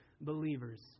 believers